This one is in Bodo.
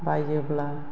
बायोब्ला